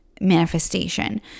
manifestation